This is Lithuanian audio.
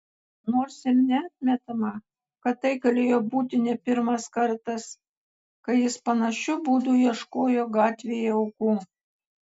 nors ir neatmetama kad tai galėjo būti ne pirmas kartas kai jis panašiu būdu ieškojo gatvėje aukų